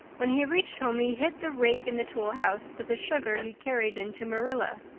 when he reached home he hid the rake in the tool house, but the sugar he carried in to marilla.